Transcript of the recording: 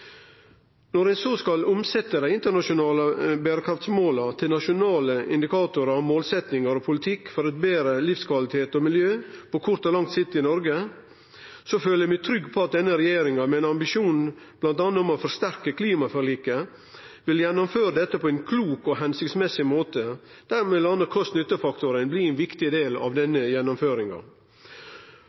Når ein så skal omsetje dei internasjonale berekraftmåla til nasjonale indikatorar, målsettingar og politikk for betre livskvalitet og miljø på kort og lang sikt i Noreg, så føler eg meg trygg på at denne regjeringa, med ein ambisjon om bl.a. å forsterke klimaforliket, vil gjennomføre dette på ein klok og hensiktsmessig måte, der m.a. kost–nytte-faktoren blir ein viktig del av denne gjennomføringa.